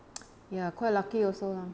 ya quite lucky also lah